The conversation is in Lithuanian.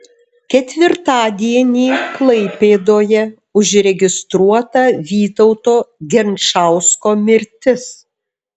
ketvirtadienį klaipėdoje užregistruota vytauto genčausko mirtis